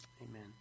Amen